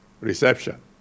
reception